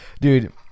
dude